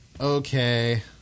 Okay